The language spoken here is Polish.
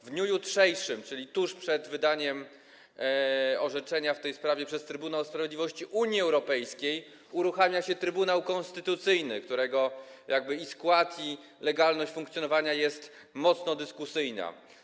W dniu jutrzejszym, czyli tuż przed wydaniem orzeczenia w tej sprawie przez Trybunał Sprawiedliwości Unii Europejskiej, uruchamia się Trybunał Konstytucyjny, którego jakby i skład, i legalność funkcjonowania są mocno dyskusyjne.